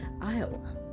Iowa